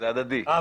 זה הדדי.